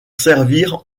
servir